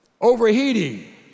overheating